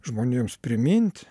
žmonėms primint